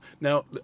Now